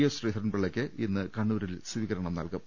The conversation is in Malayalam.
എസ് ശ്രീധരൻപിള്ളയ്ക്ക് ഇന്ന് കണ്ണൂരിൽ സ്വീകരണം നൽകും